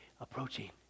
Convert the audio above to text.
approaching